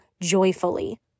joyfully